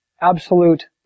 absolute